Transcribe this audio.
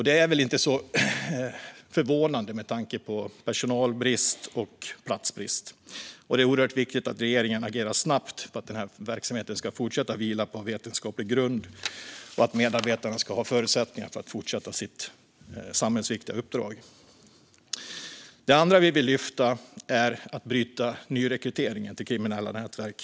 Detta är kanske inte förvånande med tanke på personalbrist och platsbrist. Det är oerhört viktigt att regeringen agerar snabbt för att verksamheten ska fortsätta att vila på vetenskaplig grund och för att medarbetarna ska ha förutsättningar att utföra sitt samhällsviktiga uppdrag. Det andra vi vill lyfta är arbetet med att bryta nyrekryteringen till kriminella nätverk.